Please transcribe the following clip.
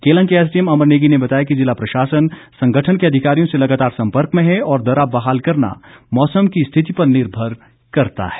केलंग के एसडीएम अमर नेगी ने बताया कि ज़िला प्रशासन संगठन के अधिकारियों से लगातार संपर्क में है और दर्रा बहाल करना मौसम की रिथति पर निर्भर करता है